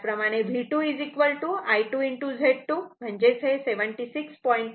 त्याच प्रमाणे V2 I 2 Z2 76